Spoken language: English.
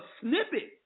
snippet